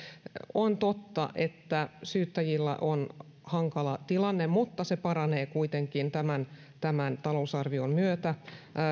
on totta että syyttäjillä on hankala tilanne mutta se paranee kuitenkin tämän tämän talousarvion myötä